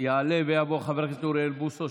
יעלה ויבוא חבר הכנסת אוריאל בוסו,